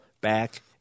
back